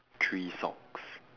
three socks